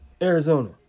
Arizona